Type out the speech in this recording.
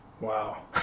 Wow